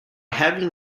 having